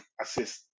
assist